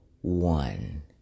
one